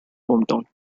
hometown